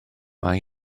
mae